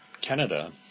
Canada